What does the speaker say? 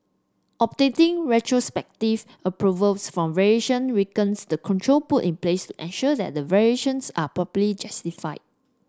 obtaining retrospective approvals for variation weakens the control put in place to ensure that variations are properly justified